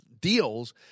deals